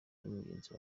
mugenzi